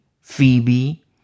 Phoebe